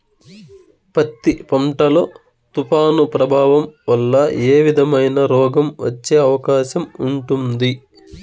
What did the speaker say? పత్తి పంట లో, తుఫాను ప్రభావం వల్ల ఏ విధమైన రోగం వచ్చే అవకాశం ఉంటుంది?